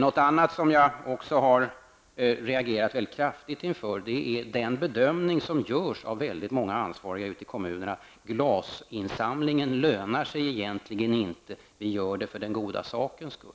Något som jag har reagerat ganska kraftigt inför är den bedömning som görs av många ansvariga ute i kommunerna att glasinsamlingen egentligen inte lönar sig, men att man gör den för den goda sakens skull.